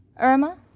Irma